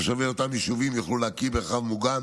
תושבי אותם יישובים יוכלו להקים מרחב מוגן